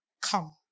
come